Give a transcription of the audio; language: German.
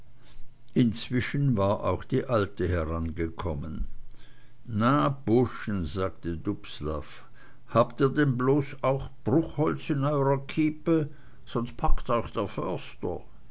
inzwischen war auch die alte herangekommen na buschen sagte dubslav habt ihr denn auch bloß bruchholz in eurer kiepe sonst packt euch der